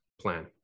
plan